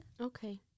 Okay